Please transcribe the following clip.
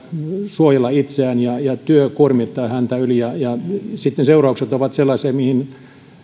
suojella itseään ja ja työ kuormittaa häntä yli ja ja sitten seuraukset ovat sellaisia mihin